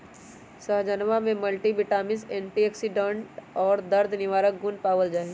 सहजनवा में multivitamins antioxidant और दर्द निवारक गुण पावल जाहई